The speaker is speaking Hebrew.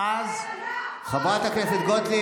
זה היה חברת הכנסת גוטליב,